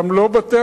גם לא בתי-הכנסת,